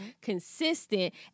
consistent